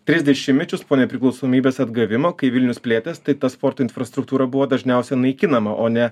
tris dešimtmečius po nepriklausomybės atgavimo kai vilnius plėtės tai ta sporto infrastruktūra buvo dažniausia naikinama o ne